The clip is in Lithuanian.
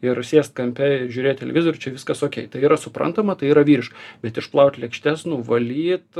ir sėst kampe ir žiūrėt televizorių čia viskas okei tai yra suprantama tai yra vyriška bet išplaut lėkštes nuvalyt